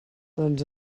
doncs